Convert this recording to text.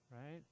right